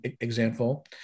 example